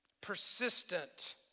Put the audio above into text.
persistent